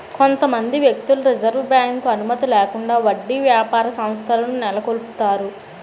కొంతమంది వ్యక్తులు reserve bank అనుమతి లేకుండా వడ్డీ వ్యాపార సంస్థలను నెలకొల్పుతారు